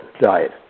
diet